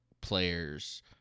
players